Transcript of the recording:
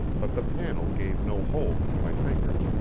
but the panel gave no hold for my fingers,